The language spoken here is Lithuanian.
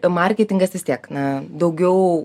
marketingas vis tiek na daugiau